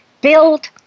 build